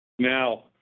Now